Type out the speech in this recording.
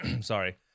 sorry